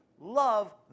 love